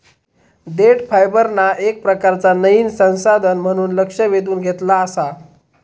देठ फायबरना येक प्रकारचा नयीन संसाधन म्हणान लक्ष वेधून घेतला आसा